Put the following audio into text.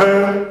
לכן,